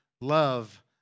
love